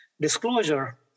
disclosure